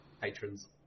patrons